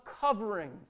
covering